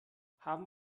haben